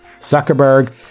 Zuckerberg